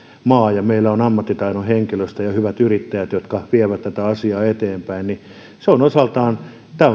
maa ja meillä on ammattitaitoinen henkilöstö ja hyvät yrittäjät jotka vievät tätä asiaa eteenpäin se on osaltaan